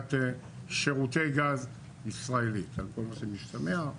תעשיית שירותי גז ישראלית על כל מה שמשתמע.